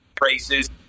races